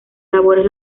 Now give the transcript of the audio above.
labores